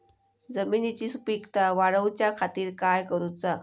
जमिनीची सुपीकता वाढवच्या खातीर काय करूचा?